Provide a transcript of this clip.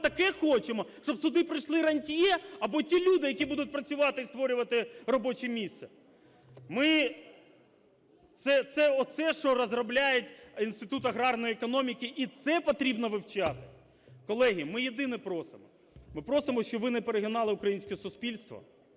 вами таке хочемо, щоб сюди прийшли рантьє або ті люди, які будуть працювати і створювати робоче місце? Оце, що розробляють Інститут агарної економіки, і це потрібно вивчати. Колеги, ми єдине просимо, ми просимо, щоб ви не перегинали українське суспільство.